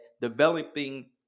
developing